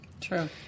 True